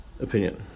opinion